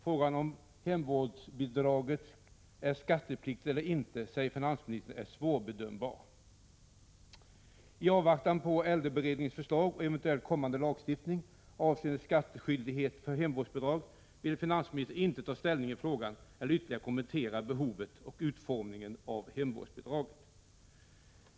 Frågan om hemvårdsbidraget är skattepliktigt eller inte säger finansministern är svårbedömbar. I avvaktan på äldreberedningens förslag och eventuellt kommande lagstiftning avseende skattskyldigheten för hemvårdsbidrag vill finansministern inte ta ställning i frågan eller ytterligare kommentera behovet och utformningen av hemvårdsbidraget.